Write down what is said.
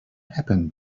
happened